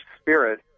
spirit